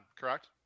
correct